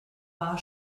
war